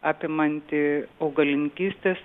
apimanti augalininkystės